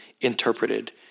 interpreted